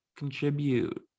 Contribute